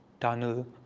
tunnel